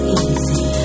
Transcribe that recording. easy